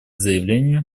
заявлению